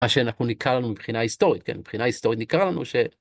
מה שאנחנו נקרא לנו מבחינה היסטורית, מבחינה היסטורית נקרא לנו ש.